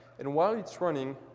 and while it's running,